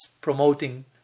promoting